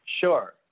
Sure